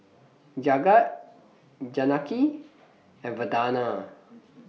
Jagat Janaki and Vandana